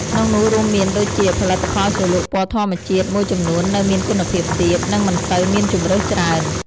ក្នុងនោះរួមមានដូចជា ផលិតផលជ្រលក់ពណ៌ធម្មជាតិមួយចំនួននៅមានគុណភាពទាប និងមិនសូវមានជម្រើសច្រើន ។